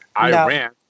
Iran